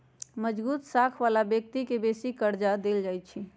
मजगुत साख बला व्यक्ति के बेशी कर्जा देल जाइ छइ